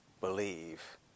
believe